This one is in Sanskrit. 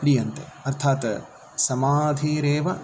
ह्रियन्ते अर्थात् समाधिरेव